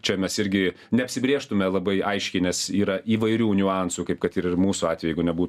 čia mes irgi neapsibrėžtume labai aiškiai nes yra įvairių niuansų kaip kad ir ir mūsų atveju jeigu nebūtų